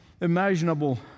imaginable